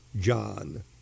John